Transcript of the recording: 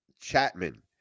Chapman